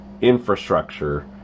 infrastructure